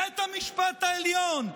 בית המשפט העליון.